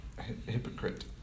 hypocrite